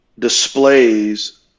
displays